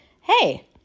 hey